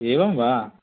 एवं वा